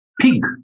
PIG